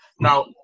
Now